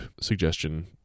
suggestion